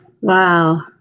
Wow